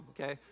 okay